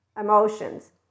emotions